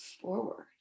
forward